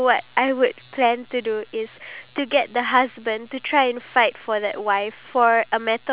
and then I would talk to them about their relationship and then I will separate them and then I will ask the guy